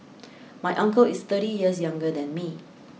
my uncle is thirty years younger than me